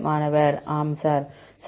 மாணவர் ஆம் சார் சரி